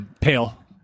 pale